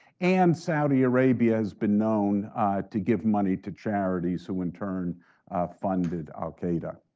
and saudi arabia has been known to give money to charities who in turn funded al-qaeda.